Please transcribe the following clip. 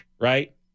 Right